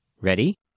Ready